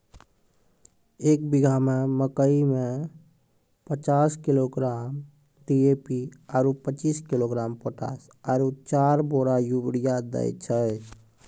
एक बीघा मे मकई मे पचास किलोग्राम डी.ए.पी आरु पचीस किलोग्राम पोटास आरु चार बोरा यूरिया दैय छैय?